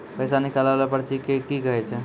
पैसा निकाले वाला पर्ची के की कहै छै?